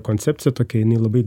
koncepcija tokia jinai labai